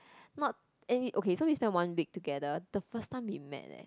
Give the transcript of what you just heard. not any okay we spend one week together the first time we met leh